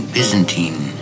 Byzantine